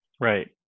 Right